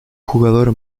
jugador